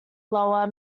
lower